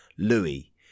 Louis